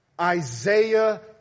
Isaiah